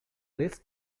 less